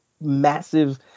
massive